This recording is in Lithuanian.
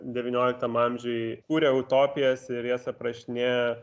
devynioliktam amžiuj kūrė utopijas ir jas aprašinėja